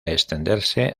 extenderse